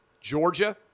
Georgia